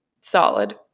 solid